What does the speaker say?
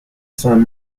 cinq